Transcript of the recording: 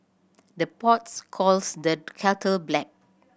the pots calls the kettle black